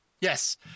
Yes